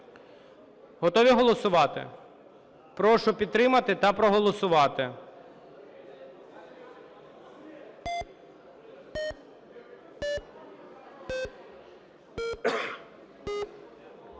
Готові голосувати? Прошу підтримати та проголосувати.